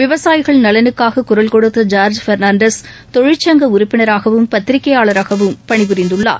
விவசாயிகள் நலனுக்காககுரல் கொடுத்த ஜார்ஜ் பெர்னாண்டஸ் தொழிற்சங்க உறுப்பினராகவும் பத்திரிகையாளராகவும் பணி புரிந்துள்ளார்